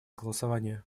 голосования